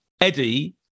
Eddie